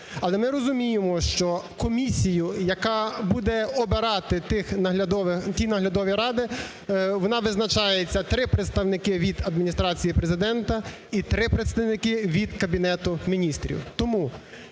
Але ми розуміємо, що комісією, яка буде обирати ті наглядові ради, вона визначається, три представники від Адміністрації Президента і три представники від Кабінету Міністрів. Тому